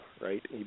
right